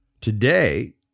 Today